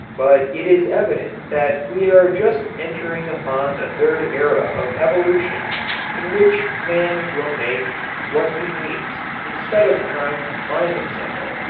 but it is evident that we are just entering upon the third era of evolution in which man will make what he needs instead of trying to find it somewhere.